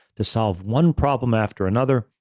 to solve one problem after another,